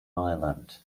ireland